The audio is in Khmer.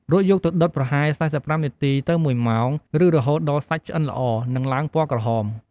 រួចយកទៅដុតប្រហែល ៤៥ នាទីទៅ ១ ម៉ោង ឬរហូតដល់សាច់ឆ្អិនល្អ និងឡើងពណ៌ក្រហម។